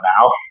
now